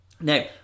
Now